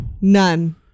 None